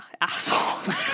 Asshole